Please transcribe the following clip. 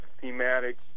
thematic